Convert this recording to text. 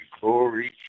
glory